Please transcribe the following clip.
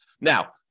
Now